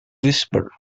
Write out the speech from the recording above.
whisper